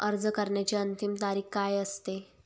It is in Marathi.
अर्ज करण्याची अंतिम तारीख काय असते?